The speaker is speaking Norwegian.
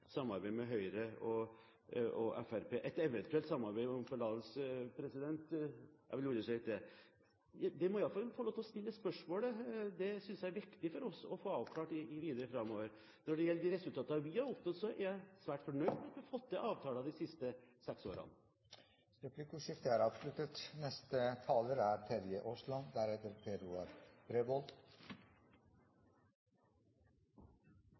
samarbeid med Høyre og Fremskrittspartiet – et eventuelt samarbeid, jeg vil understreke det – er det det å si at vi i alle fall må få lov til å stille spørsmålet. Det synes jeg det er viktig for oss å få avklart videre framover. Når det gjelder de resultatene vi har oppnådd, er jeg svært fornøyd med at vi har fått til avtaler de siste seks årene. Replikkordskiftet er avsluttet. La meg starte med å si at det er